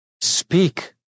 speak